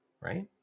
Right